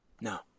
No